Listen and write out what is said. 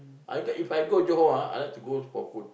I get If I go Johor ah I like to go for food